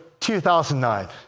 2009